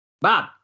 Bob